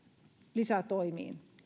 lisätoimiin